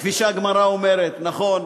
כפי שהגמרא אומרת, נכון.